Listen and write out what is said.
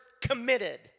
committed